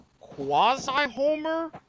quasi-homer